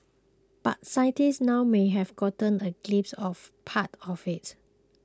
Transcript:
but scientists now may have gotten a glimpse of part of it